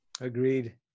Agreed